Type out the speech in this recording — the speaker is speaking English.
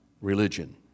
religion